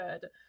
good